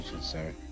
sir